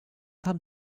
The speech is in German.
haben